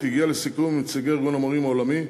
הגיעה לסיכום עם נציגי ארגון המורים העולמי,